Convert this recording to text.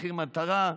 מחיר מטרה,